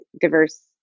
diverse